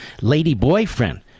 lady-boyfriend